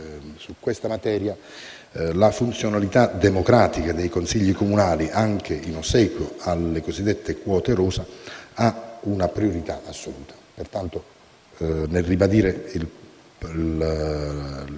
su questa materia la funzionalità democratica dei consigli comunali, anche in ossequio alle cosiddette quote rosa, ha una priorità assoluta. Pertanto, nel ribadire il mio